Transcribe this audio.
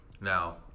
Now